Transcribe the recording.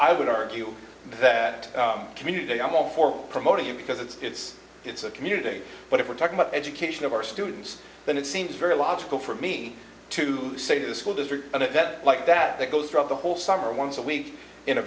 i would argue that community i'm all for promoting it because it's it's it's a community but if we're talking about education of our students then it seems very logical for me to say the school district an event like that that goes through the whole summer once a week in a